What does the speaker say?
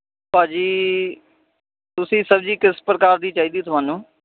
ਭਾਜੀ ਤੁਸੀਂ ਸਬਜ਼ੀ ਕਿਸ ਪ੍ਰਕਾਰ ਦੀ ਚਾਹੀਦੀ ਤੁਹਾਨੂੰ